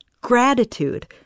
gratitude